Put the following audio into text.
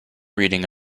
reading